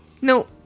No